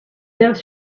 those